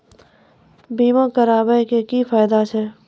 बीमा कराबै के की फायदा छै?